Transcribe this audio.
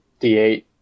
D8